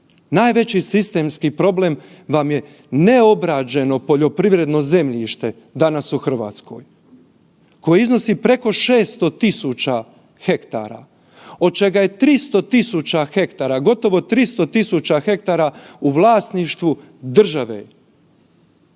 Najveći sistemski problem je neobrađeno poljoprivredno zemljište danas u Hrvatskoj koje iznosi preko 600.000 hektara od čega je 300.000 hektara, gotovo 300.000 hektara u vlasništvu države.